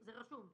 זה רשום.